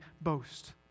boast